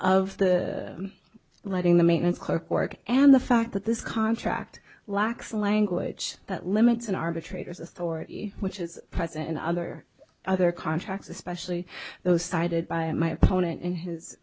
of the letting the maintenance clerk work and the fact that this contract lacks language that limits an arbitrator's authority which is present in other other contracts especially those cited by my opponent in his